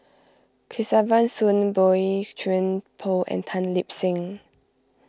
Kesavan Soon Boey Chuan Poh and Tan Lip Seng